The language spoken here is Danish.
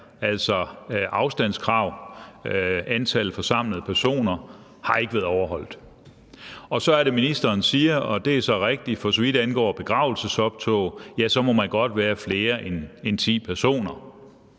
altså afstandskrav, krav vedrørende antallet af forsamlede personer – ikke har været overholdt. Så er det ministeren siger – og det er så rigtigt – at for så vidt angår begravelsesoptog, må man godt være flere end ti personer.